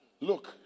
Look